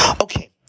Okay